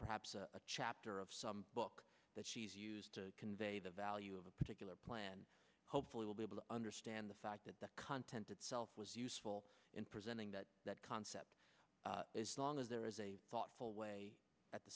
perhaps a chapter of some that she's used to convey the value of a particular plan hopefully will be able to understand the fact that the content itself was useful in presenting that that concept as long as there is a thoughtful way at the